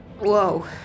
Whoa